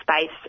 space